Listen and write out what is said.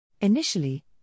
Initially